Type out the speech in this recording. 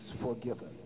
forgiven